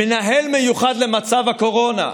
מנהל מיוחד למצב הקורונה,